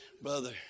brother